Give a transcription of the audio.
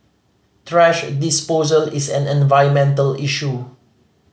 thrash disposal is an environmental issue